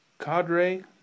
cadre